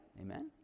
amen